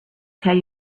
tell